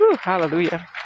Hallelujah